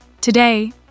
Today